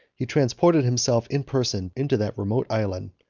he transported himself in person into that remote island,